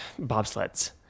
bobsleds